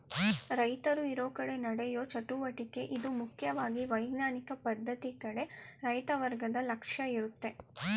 ರೈತರು ಇರೋಕಡೆ ನಡೆಯೋ ಚಟುವಟಿಕೆ ಇದು ಮುಖ್ಯವಾಗಿ ವೈಜ್ಞಾನಿಕ ಪದ್ಧತಿ ಕಡೆ ರೈತ ವರ್ಗದ ಲಕ್ಷ್ಯ ಇರುತ್ತೆ